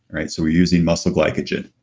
right? so we're using muscle glycogen.